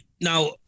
now